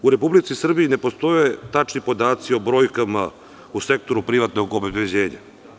U Republici Srbiji ne postoje tačni podaci o brojkama u sektoru privatnog obezbeđenja.